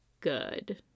good